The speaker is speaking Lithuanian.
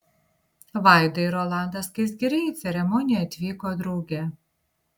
vaida ir rolandas skaisgiriai į ceremoniją atvyko drauge